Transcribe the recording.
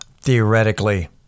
theoretically